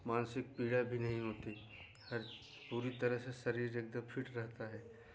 मानसिक पीड़ा भी नहीं होती है पूरी तरह से शरीर एकदम फिट रहता है